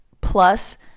plus